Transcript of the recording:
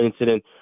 incident